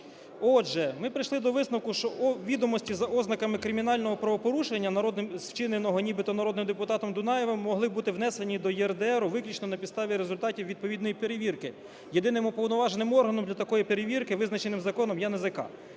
Отже, ми прийшли до висновку, що відомості з ознаками кримінального правопорушення, вчиненого нібито народним депутатом Дунаєвим, могли бути внесені до ЄРДР виключно на підставі результатів відповідної перевірки. Єдиним уповноваженим органом для такої перевірки, визначеної законом, є НАЗК.